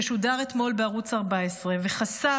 ששודר אתמול בערוץ 14 וחשף